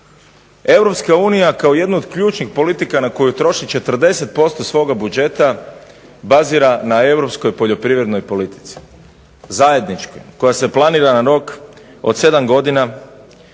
Europska unija kao jednu od ključnih politika, na koju troši 40% svoga budžeta bazira na europskoj poljoprivrednoj politici, zajednički, koja se planira na rok od 7 godina,